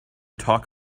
talk